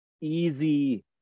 easy